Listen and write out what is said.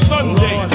Sunday